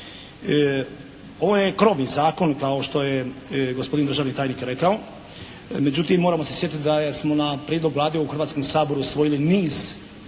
Ovo je krovni zakon kao što je gospodin državni tajnik rekao. Međutim, moramo se sjetiti da smo na prijedlog Vlade u Hrvatskom saboru usvojili niz,